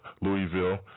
Louisville